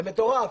זה מטורף.